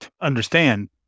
understand